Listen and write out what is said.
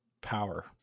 power